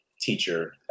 teacher